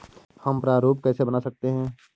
हम प्रारूप कैसे बना सकते हैं?